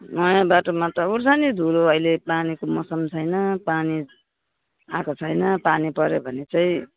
नयाँ बाटोमा त उड्छ नि धुलो अहिले पानीको मौसम छैन पानी आएको छैन पानी पऱ्यो भने चाहिँ